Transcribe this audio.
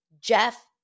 Jeff